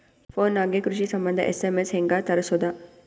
Phone ನಾಗೆ ಕೃಷಿ ಸಂಬಂಧ ಎಸ್.ಎಮ್.ಎಸ್ ಹೆಂಗ ತರಸೊದ?